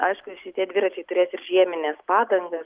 aišku šitie dviračiai turės ir žiemines padangas